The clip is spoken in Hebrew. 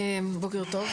בוקר טוב,